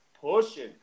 pushing